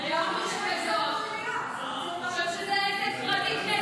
חושב שזה עסק פרטי שלו, כנסת ישראל.